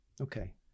okay